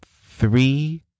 three